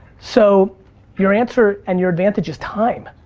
so you're answer, and your advantage is time.